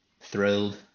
thrilled